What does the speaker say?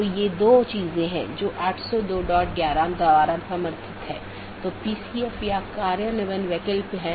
दूसरे अर्थ में यह कहने की कोशिश करता है कि अन्य EBGP राउटर को राउटिंग की जानकारी प्रदान करते समय यह क्या करता है